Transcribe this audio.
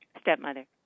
Stepmother